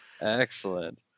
Excellent